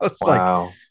Wow